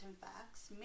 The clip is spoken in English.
facts